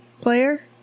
player